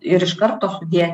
ir iš karto sudėt